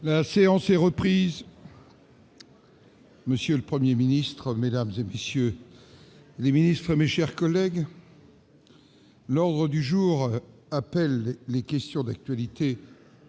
La séance est reprise. Monsieur le Premier ministre, mesdames, messieurs les ministres, mes chers collègues, l'ordre du jour appelle les réponses à des questions d'actualité